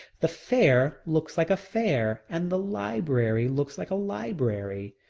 the fair looks like a fair and the library looks like a library.